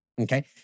Okay